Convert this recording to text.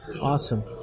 Awesome